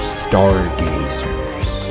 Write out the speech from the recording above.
stargazers